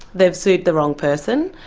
they've sued the wrong person.